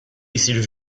jsir